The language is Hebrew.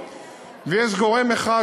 ויש גורם אחד,